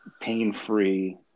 pain-free